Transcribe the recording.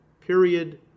period